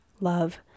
love